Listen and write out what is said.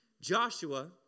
Joshua